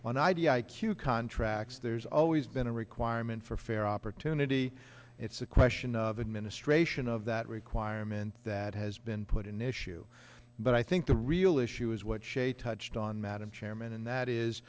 on id i q contracts there's always been a requirement for fair opportunity it's a question of administration of that requirement that has been put in issue but i think the real issue is what shape touched on madam chairman and that is